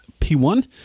P1